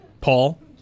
Paul